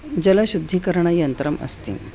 जलशुद्धीकरणयन्त्रम् अस्ति